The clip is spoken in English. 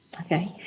Okay